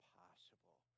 possible